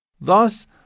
Thus